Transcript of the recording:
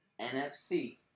NFC